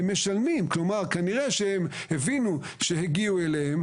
כלומר, כנראה שהם הבינו שהגיעו אליהם.